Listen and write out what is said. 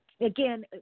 Again